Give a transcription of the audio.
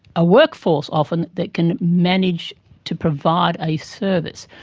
a workforce often that can manage to provide a service.